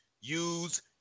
use